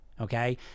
Okay